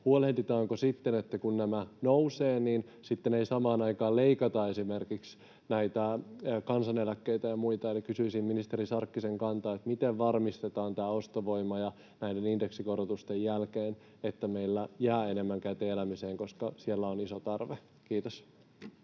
huolehditaanko sitten, että kun nämä nousevat, niin sitten ei samaan aikaan leikata esimerkiksi näitä kansaneläkkeitä ja muita. Eli kysyisin ministeri Sarkkisen kantaa, miten varmistetaan tämä ostovoima näiden indeksikorotusten jälkeen, että meillä jää enemmän käteen elämiseen, koska siellä on iso tarve. — Kiitos.